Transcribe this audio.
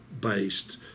based